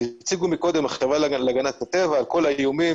הציגה קודם החברה להגנת הטבע את כל האיומים